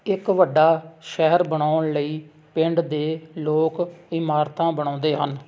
ਇੱਕ ਵੱਡਾ ਸ਼ਹਿਰ ਬਣਾਉਣ ਲਈ ਪਿੰਡ ਦੇ ਲੋਕ ਇਮਾਰਤਾਂ ਬਣਾਉਂਦੇ ਹਨ